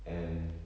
and